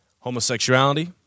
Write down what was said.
homosexuality